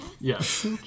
Yes